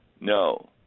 no